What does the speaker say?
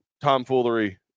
tomfoolery